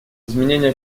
изменение